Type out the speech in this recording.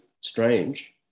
strange